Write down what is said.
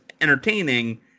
entertaining